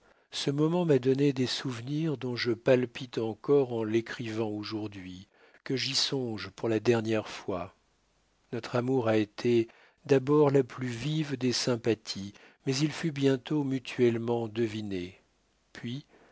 ce moment m'a donné des souvenirs dont je palpite encore en t'écrivant aujourd'hui que j'y songe pour la dernière fois notre amour a été d'abord la plus vive des sympathies mais il fut bientôt mutuellement deviné puis